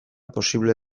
posible